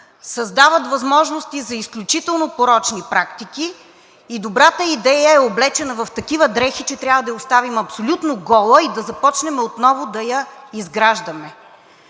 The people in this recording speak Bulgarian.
Създават възможности за изключително порочни практики и добрата идея е облечена в такива дрехи, че трябва да я оставим абсолютно гола и да започнем отново да я изграждаме.